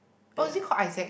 oh it is called Isaac